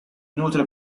nutre